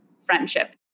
friendship